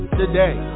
today